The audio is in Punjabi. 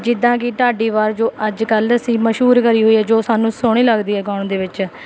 ਜਿੱਦਾਂ ਕਿ ਢਾਡੀ ਵਾਰ ਜੋ ਅੱਜ ਕੱਲ੍ਹ ਅਸੀਂ ਮਸ਼ਹੂਰ ਕਰੀ ਹੋਈ ਹੈ ਜੋ ਸਾਨੂੰ ਸੋਹਣੀ ਲੱਗਦੀ ਹੈ ਗਾਉਣ ਦੇ ਵਿੱਚ